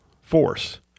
force